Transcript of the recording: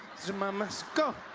zuma must go!